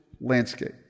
landscape